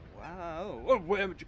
wow